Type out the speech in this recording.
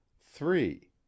three